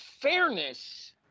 fairness